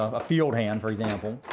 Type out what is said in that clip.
a field hand for example,